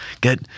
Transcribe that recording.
get